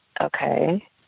okay